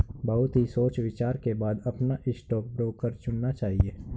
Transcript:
बहुत ही सोच विचार के बाद अपना स्टॉक ब्रोकर चुनना चाहिए